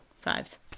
fives